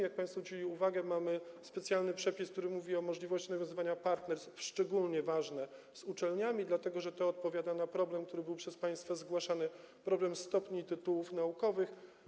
Jak państwo zwrócili uwagę, mamy specjalny przepis, który mówi o możliwości nawiązywania partnerstw, co szczególnie ważne, z uczelniami, dlatego że to odpowiada na problem, który był przez państwa zgłaszany, problem stopni i tytułów naukowych.